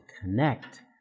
connect